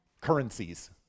currencies